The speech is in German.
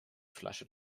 flasche